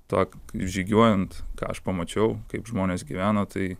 tą žygiuojant ką aš pamačiau kaip žmonės gyvena tai